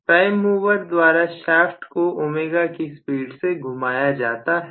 prime mover द्वारा shaft को ω की स्पीड से घुमाया जाता है